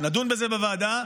נדון בזה בוועדה,